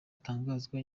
atangazwa